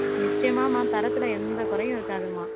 நிச்சயமாம்மா தரத்தில் எந்த குறையும் இருக்காதும்மா